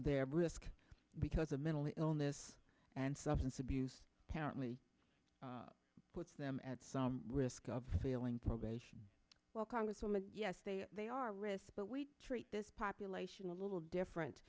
there risk because of mental illness and substance abuse county puts them at some risk of failing progress well congresswoman yes they they are risks that we treat this population a little different